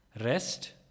rest